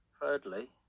Thirdly